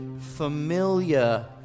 familiar